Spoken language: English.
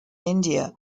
india